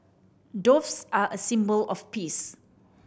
doves are a symbol of peace